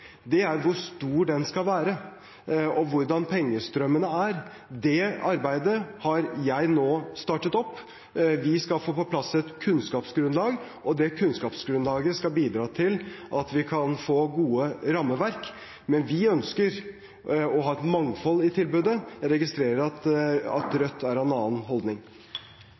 diskuterer, er hvor stort det skal være, og hvordan pengestrømmene er. Det arbeidet har jeg nå startet opp. Vi skal få på plass et kunnskapsgrunnlag, og det kunnskapsgrunnlaget skal bidra til at vi kan få gode rammeverk. Men vi ønsker å ha et mangfold i tilbudet. Jeg registrerer at Rødt har en annen holdning.